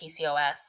PCOS